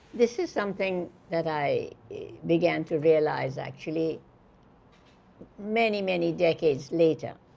this is something that i began to realize actually many, many decades later,